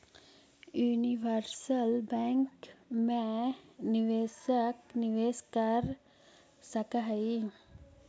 universal bank मैं निवेशक निवेश कर सकऽ हइ